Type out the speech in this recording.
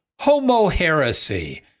homoheresy